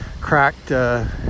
cracked